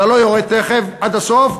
אתה לא יורד תכף עד הסוף,